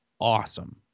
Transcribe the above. awesome